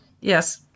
Yes